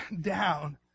down